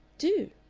do?